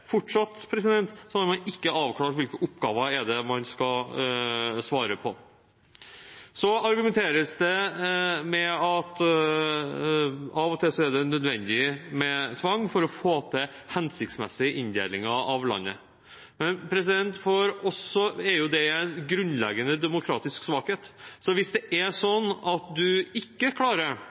Fortsatt har man ikke avklart hvilke oppgaver man skal svare på. Det argumenteres også med at av og til er det nødvendig med tvang for å få til hensiktsmessige inndelinger av landet. Men for oss er det en grunnleggende demokratisk svakhet. Hvis det er sånn at man ikke klarer